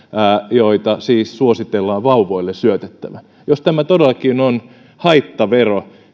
joita siis suositellaan vauvoille syötettävän jos tämä todellakin on haittavero